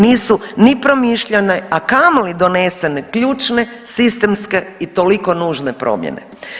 Nisu ni promišljane, a kamoli donesene ključne, sistemske i toliko nužne promjene.